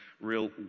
real